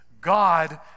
God